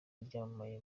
ryamamaye